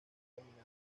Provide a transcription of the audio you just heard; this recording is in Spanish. caminante